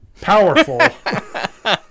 Powerful